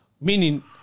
Meaning